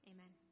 Amen